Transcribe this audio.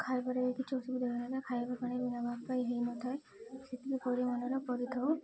ଖାଇବାରେ କିଛି ଅସୁବିଧା ହେଇନଥାଏ ଖାଇବା ପାଣି ବିନା ହେଇନଥାଏ ସେତିକି ପରିମାଣର କରିଥାଉ